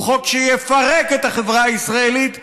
הוא חוק שיפרק את החברה הישראלית למרכיביה.